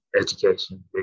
education